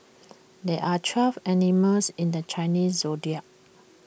there are twelve animals in the Chinese Zodiac